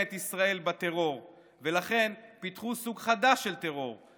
את ישראל בטרור ולכן פיתחו סוג חדש של טרור,